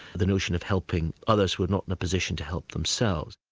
the notion of helping others who are not in a position to help themselves.